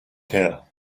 here